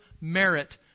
merit